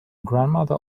grandmother